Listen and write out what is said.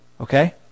Okay